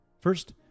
First